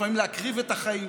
לפעמים להקריב את החיים,